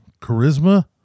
Charisma